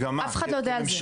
אף אחד לא יודע על זה.